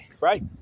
right